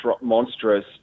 monstrous